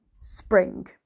spring